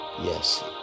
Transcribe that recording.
yes